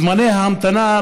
זמני ההמתנה,